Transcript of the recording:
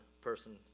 person